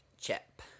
chip